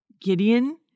Gideon